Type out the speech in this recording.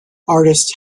artists